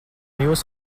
jūs